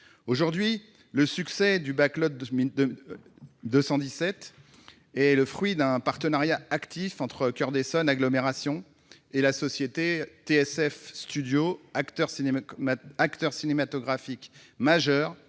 Aujourd'hui, le succès du Backlot 217 est le fruit d'un partenariat actif entre Coeur d'Essonne agglomération et la société TSF Studios, acteur cinématographique majeur